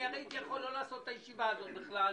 יכולתי לא לעשות את הישיבה הזאת בכלל.